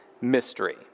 mystery